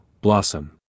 Blossom